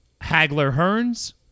Hagler-Hearns